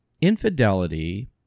infidelity